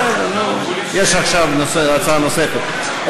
בסדר, נו, יש עכשיו הצעה נוספת.